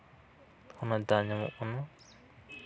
ᱚᱱᱟ ᱫᱟᱜ ᱧᱟᱢᱚᱜ ᱠᱟᱱᱟ